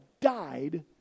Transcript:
died